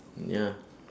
ya